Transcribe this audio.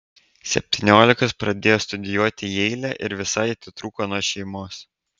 septyniolikos pradėjo studijuoti jeile ir visai atitrūko nuo šeimos